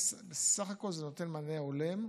בסך הכול זה נותן מענה הולם.